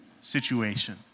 situation